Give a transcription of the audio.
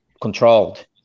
controlled